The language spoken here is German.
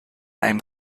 einem